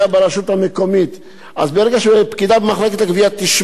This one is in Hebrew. אז ברגע שפקידה במחלקת הגבייה תשמע שמדובר באסיר,